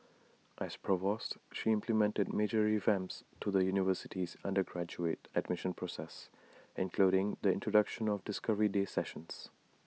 as provost she implemented major revamps to the university's undergraduate admission process including the introduction of discovery day sessions